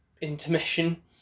intermission